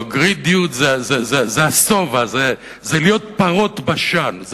גרידיות זה השובע, זה להיות פרות הבשן.